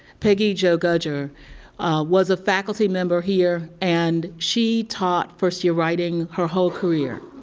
peggy jo gudger was a faculty member here and she taught first year writing her whole career.